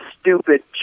stupid